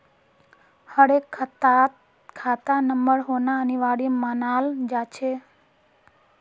हर एक खातात खाता नंबर होना अनिवार्य मानाल जा छे